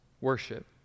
worship